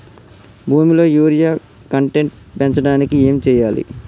భూమిలో urea content పెంచడానికి ఏం చేయాలి?